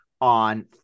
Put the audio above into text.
on